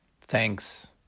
Thanks